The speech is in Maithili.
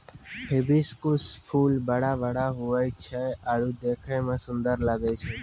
हिबिस्कुस फूल बड़ा बड़ा हुवै छै आरु देखै मे सुन्दर लागै छै